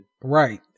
Right